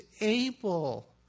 able